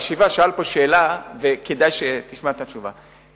וכדאי שתשמע את התשובה.